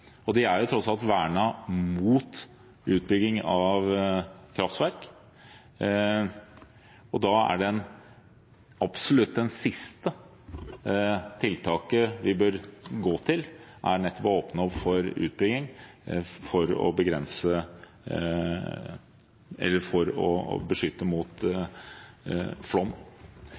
De er tross alt vernet mot utbygging av kraftverk. Det absolutt siste tiltaket vi bør gå til, er å åpne opp for utbygging for å